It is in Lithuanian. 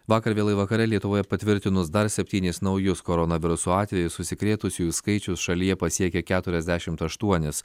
vakar vėlai vakare lietuvoje patvirtinus dar septynis naujus koronaviruso atvejus užsikrėtusiųjų skaičius šalyje pasiekė keturiasdešimt aštuonis